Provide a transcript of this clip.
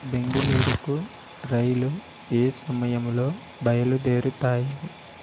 బెంగుళూరుకు రైళ్ళు ఏ సమయంలో బయలుదేరుతాయి